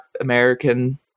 american